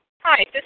Hi